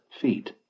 Feet